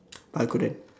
I couldn't